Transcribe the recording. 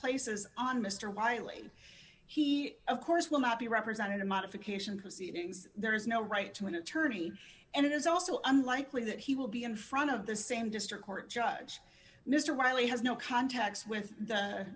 places on mr wiley he of course will not be represented in modification proceedings there is no right to an attorney and it is also unlikely that he will be in front of the same district court judge mr wiley has no contacts with the